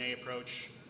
approach